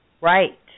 Right